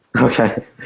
Okay